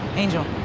angel.